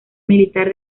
militar